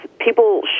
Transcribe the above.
people